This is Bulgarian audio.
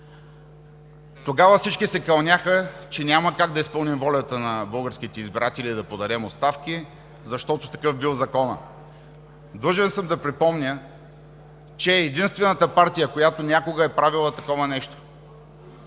Тогава всички се кълняха, че няма как да изпълним волята на българските избиратели да подадем оставки, защото такъв бил законът. Длъжен съм да припомня, че единствената партия, която някога е правила такова нещо,